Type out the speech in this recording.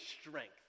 strength